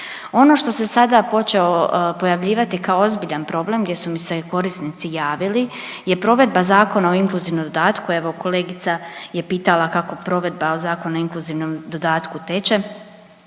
Ono što se sada počelo pojavljivati kao ozbiljan problem gdje su mi se korisnici javili je provedba Zakona o inkluzivnom dodatku. Evo kolegica je pitala kako provedba Zakona o inkluzivnom dodatku teče,